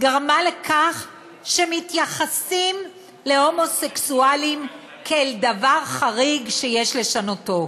גרמה לכך שמתייחסים להומוסקסואלים כאל דבר חריג שיש לשנותו.